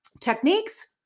techniques